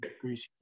greasy